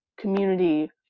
community